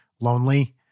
lonely